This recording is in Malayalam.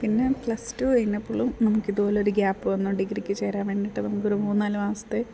പിന്നെ പ്ലെസ് ടു കഴിഞ്ഞപ്പോളും നമുക്കിതുപോല ഒരു ഗ്യാപ്പ് വന്നു ഡിഗ്രിക്ക് ചേരാൻ വേണ്ടിയിട്ട് നമുക്കൊരു മൂന്നുനാല് മാസത്തെ